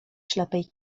ślepej